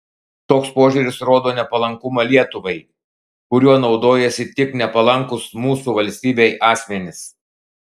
toks požiūris rodo nepalankumą lietuvai kuriuo naudojasi tik nepalankūs mūsų valstybei asmenys